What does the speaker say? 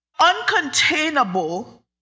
uncontainable